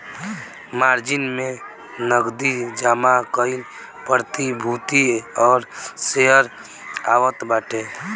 margin में नगदी जमा कईल प्रतिभूति और शेयर आवत बाटे